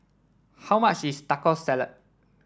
how much is Taco Salad